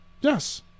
Yes